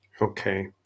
okay